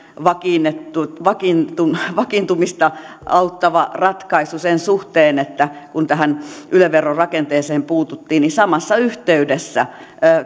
vakiintumista vakiintumista auttava ratkaisu sen suhteen että kun tähän yle veron rakenteeseen puututtiin niin samassa yhteydessä